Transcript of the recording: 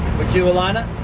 would you elayna?